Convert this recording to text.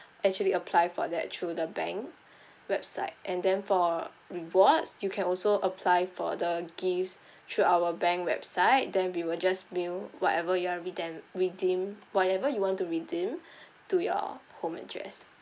actually apply for that through the bank website and then for rewards you can also apply for the gifts through our bank website then we will just mail whatever you have redemp~ redeemed whatever you want to redeem to your home address